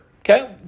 okay